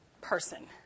person